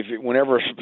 whenever